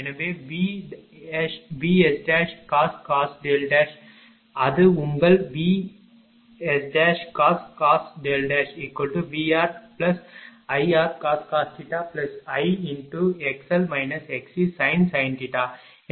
எனவே VScos δ அது உங்கள் VScos δ VRIrcos Ixl xcsin